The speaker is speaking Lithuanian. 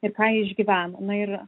ir ką jie išgyvena na ir